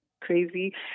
crazy